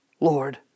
Lord